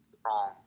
strong